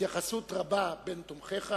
התייחסות רבה בין תומכיך